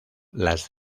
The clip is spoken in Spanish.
las